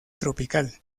tropical